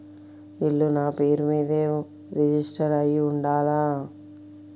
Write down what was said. ఇల్లు నాపేరు మీదే రిజిస్టర్ అయ్యి ఉండాల?